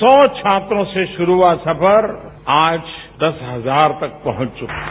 सौ छात्रों से शुरू हुआ सफर आज दस हजार तक पहुंच चुका है